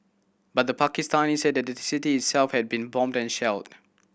but the Pakistanis said the city itself had been bombed and shelled